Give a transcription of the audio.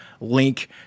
link